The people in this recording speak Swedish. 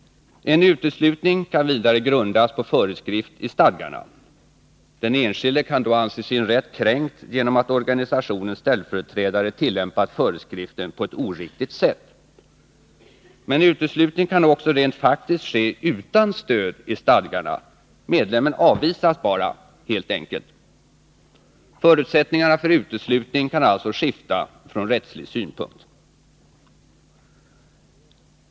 En uteslutning kan vidare grundas på föreskrift i stadgarna. Den enskilde kan då anse sin rätt kränkt genom att organisationens ställföreträdare tillämpat föreskriften på ett oriktigt sätt. Men uteslutning kan också rent faktiskt ske utan stöd i stadgarna —- medlemmen avvisas helt enkelt. Förutsättningarna för uteslutning kan alltså skifta från rättslig synpunkt.